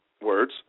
words